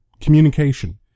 communication